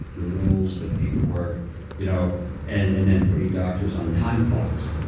the rules, the paperwork you know and then putting doctors on time clocks.